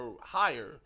higher